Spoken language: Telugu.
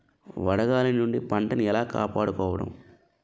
వడగాలి నుండి పంటను ఏలా కాపాడుకోవడం?